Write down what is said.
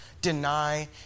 deny